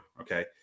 Okay